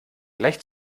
gleich